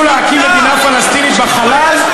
אם תרצו להקים מדינה פלסטינית בחלל,